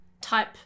type